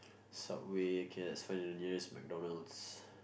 Subway okay let's find the nearest McDonald's